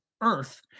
earth